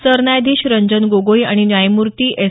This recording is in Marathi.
सरन्यायाधीश रंजन गोगाई आणि न्यायमूर्ती एस